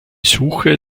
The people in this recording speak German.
suche